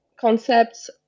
concepts